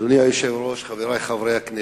אדוני היושב-ראש, חברי חברי הכנסת,